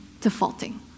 defaulting